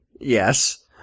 yes